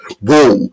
whoa